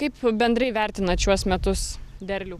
kaip bendrai vertinat šiuos metus derlių